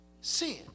sin